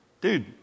dude